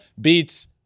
beats